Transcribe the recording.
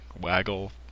waggle